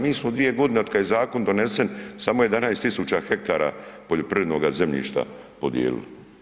Mi smo 2.g. otkad je zakon donesen samo 11 000 hektara poljoprivrednoga zemljišta podijelili.